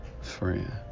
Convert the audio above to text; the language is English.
friend